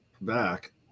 back